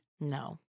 No